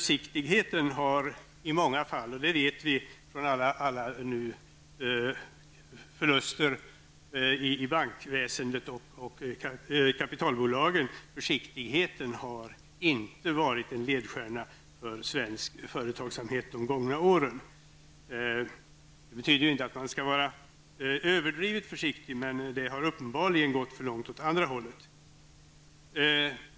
Vi vet av alla förluster i bankväsendet och finansbolagen att försiktigheten i många fall inte har varit en ledstjärna för svensk företagsamhet under de gångna åren. Det betyder inte att man skall vara överdrivet försiktig, men det har uppenbarligen gått för långt åt andra hållet.